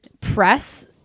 press